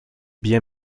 bien